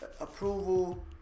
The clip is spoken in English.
approval